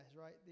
right